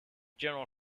general